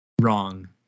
wrong